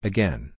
Again